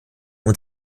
und